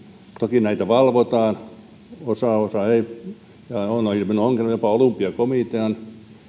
toki näitä valvotaan osaa osaa ei aiemmin jopa olympiakomitean